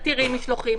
מתירים משלוחים,